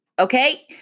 Okay